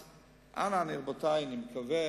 אז אנא, רבותי, אני מקווה